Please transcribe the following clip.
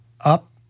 up